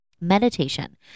meditation